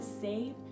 save